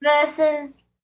Versus